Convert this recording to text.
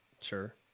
Sure